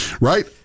right